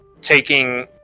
taking